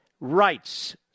rights